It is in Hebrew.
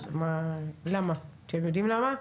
אתם יודעים למה?